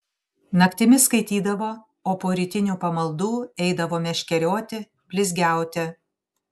naktimis skaitydavo o po rytinių pamaldų eidavo meškerioti blizgiauti